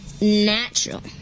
natural